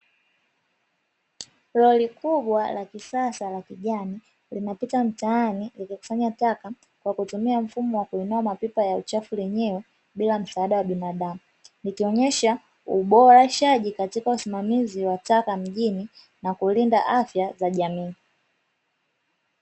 Lori kubwa la kisasa la kijani linapita mtaani kukusanya taka kwa kutumia mfumo wa kuinua mapipa ya uchafu lenyewe bila msaada wa binadamu, ikionyesha uboreshaji katika usimamizi wa taka mjini na kulinda afya za jamii.